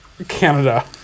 Canada